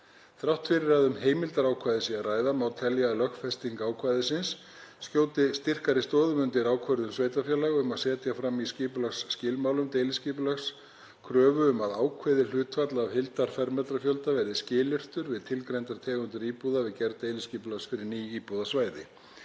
Þrátt fyrir að um heimildarákvæði sé að ræða má telja að lögfesting ákvæðisins skjóti styrkari stoðum undir ákvörðun sveitarfélaga um að setja fram í skipulagsskilmálum deiliskipulags kröfu um að ákveðið hlutfall af heildarfermetrafjölda verði skilyrt við tilgreindar tegundir íbúða við gerð deiliskipulags fyrir ný íbúðasvæði.